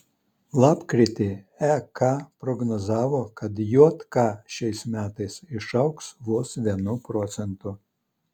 lapkritį ek prognozavo kad jk šiais metais išaugs vos vienu procentu